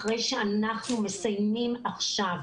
אחרי שאנחנו מסיימים עכשיו,